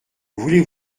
voulez